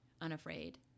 unafraid